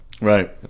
Right